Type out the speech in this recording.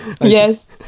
Yes